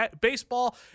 baseball